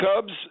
Cubs